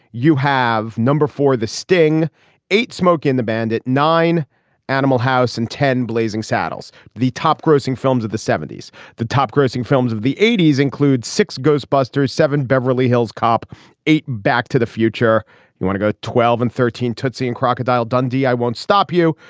you have number for the sting eat smoke in the band at nine animal house in ten blazing saddles the top grossing films of the seventy s the top grossing films of the eighty s include six ghostbusters seven beverly hills cop eight back to the future you want to go twelve and thirteen tootsie in crocodile dundee i won't stop you.